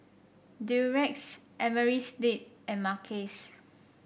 Durex Amerisleep and Mackays